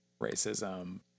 Racism